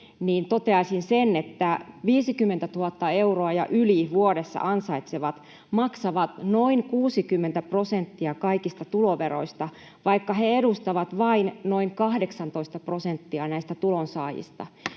joilla jo on, että 50 000 euroa ja yli vuodessa ansaitsevat maksavat noin 60 prosenttia kaikista tuloveroista, vaikka he edustavat vain noin 18:aa prosenttia tulonsaajista.